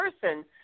person